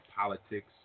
politics